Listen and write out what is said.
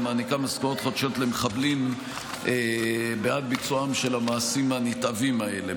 המעניקה משכורות חודשיות למחבלים בעד ביצועם של המעשים הנתעבים האלה.